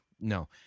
no